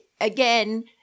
again